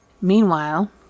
meanwhile